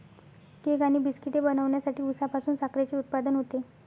cake आणि बिस्किटे बनवण्यासाठी उसापासून साखरेचे उत्पादन होते